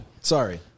Sorry